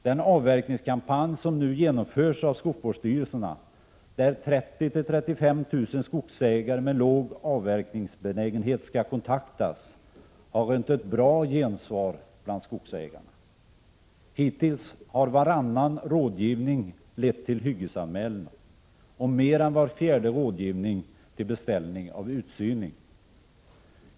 Den avverkningskampanj som nu genomförs av skogsvårdsstyrelserna, där 30 000-35 000 skogsägare med låg avverkningsbenägenhet skall kontaktas, har rönt ett bra gensvar bland skogsägarna. Hittills har varannan rådgivning lett till hyggesanmälan, och mer än var fjärde rådgivning har lett till beställning av utsyning.